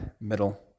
middle